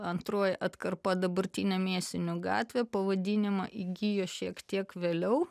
antroji atkarpa dabartinė mėsinių gatvė pavadinimą įgijo šiek tiek vėliau